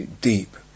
deep